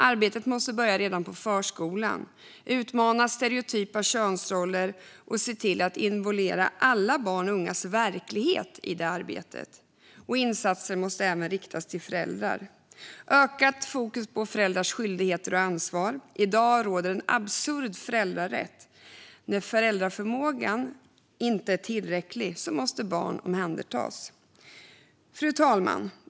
Arbetet måste börja redan på förskolan genom att utmana stereotypa könsroller och involvera alla barns och ungas verklighet i arbetet. Insatser måste även riktas till föräldrar. Det ska vara ett ökat fokus på föräldrars skyldigheter och ansvar. I dag råder en absurd föräldrarätt. När föräldraförmågan inte är tillräcklig måste barn omhändertas. Fru talman!